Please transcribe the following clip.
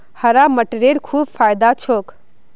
हरा मटरेर खूब फायदा छोक